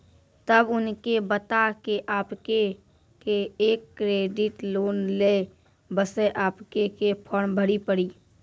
तब उनके बता के आपके के एक क्रेडिट लोन ले बसे आपके के फॉर्म भरी पड़ी?